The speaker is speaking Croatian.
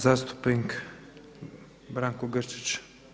Zastupnik Branko Grčić.